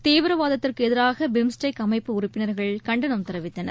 தீவிரவாதத்திற்கு எதிராக பிம்ஸ்டெக் அமைப்பு உறுப்பினர்கள் கண்டனம் தெரிவித்தனர்